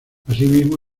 asimismo